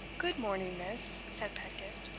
good-morning, miss, said pedgift.